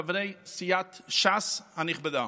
חברי סיעת ש"ס הנכבדה,